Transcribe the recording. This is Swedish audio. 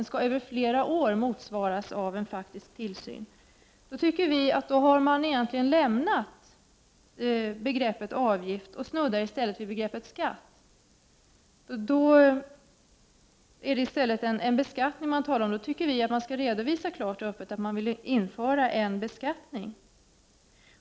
&.......ng för en kontroll som man över huvud taget inte genomför, h. man egentligen lämnat begreppet avgift och snuddar i stället vid begreppet skait. Det är då i stället en beskattning man talar om. Vpk anser att man klart och öppet skall redovisa att man vill införa en beskattning.